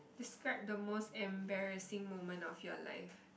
describe the most embarrassing moment of your life